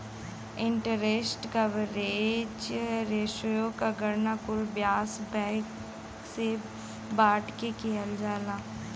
interest coverage ratio क गणना कुल ब्याज व्यय से बांट के किहल जाला